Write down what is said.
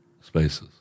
spaces